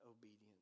obedience